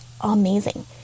amazing